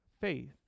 faith